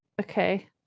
Okay